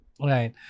Right